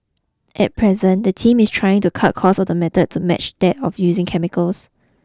at present the team is trying to cut the cost of the method to match that of using chemicals